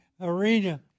arena